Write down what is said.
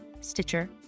Stitcher